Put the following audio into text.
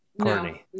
Courtney